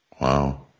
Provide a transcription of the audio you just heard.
Wow